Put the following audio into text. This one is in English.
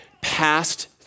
past